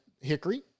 Hickory